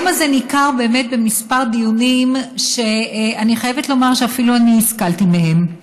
היום הזה ניכר באמת בכמה דיונים שאני חייבת לומר שאפילו אני השכלתי מהם.